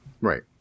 Right